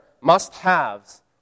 must-haves